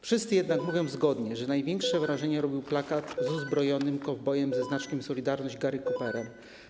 Wszyscy jednak mówią zgodnie, że największe wrażenie robił plakat z uzbrojonym kowbojem ze znaczkiem ˝Solidarność˝, Garym Cooperem.